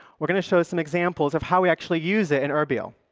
we're going to show some examples of how we actually use it in erbil,